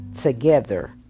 together